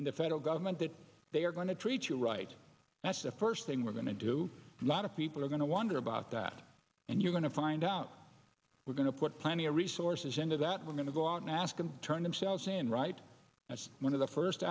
in the federal government that they are going to treat you right that's the first thing we're going to do a lot of people are going to wonder about that and you're going to find out we're going to put plenty of resources into that we're going to go out and ask them to turn themselves in right that's one of the first